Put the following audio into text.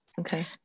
okay